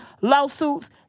lawsuits